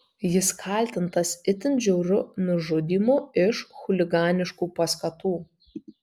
jis kaltintas itin žiauriu nužudymu iš chuliganiškų paskatų